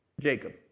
Jacob